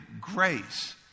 grace